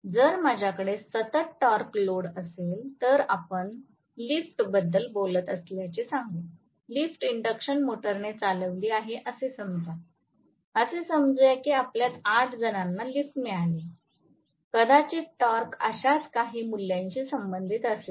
जर माझ्याकडे सतत टॉर्क लोड असेल तर आपण लिफ्टबद्दल बोलत असल्याचे सांगू लिफ्ट इंडक्शन मोटरने चालविली आहे असे समजा असे समजू या की आपल्यात 8 जणांना लिफ्ट मिळाली कदाचित टॉर्क अशाच काही मूल्याशी संबंधित असेल